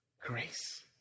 grace